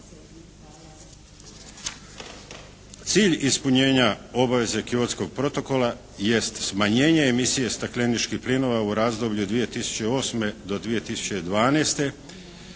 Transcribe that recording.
Cilj ispunjena obaveze Kyotskog protokola jest smanjenje emisije stakleničkih plinova u razdoblju od 2008. do 2012.